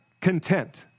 content